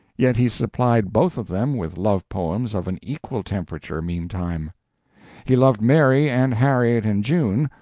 yet he supplied both of them with love poems of an equal temperature meantime he loved mary and harriet in june,